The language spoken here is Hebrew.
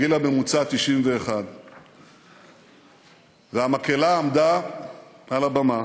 הגיל הממוצע 91. והמקהלה עמדה על הבמה